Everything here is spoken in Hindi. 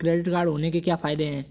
क्रेडिट कार्ड होने के क्या फायदे हैं?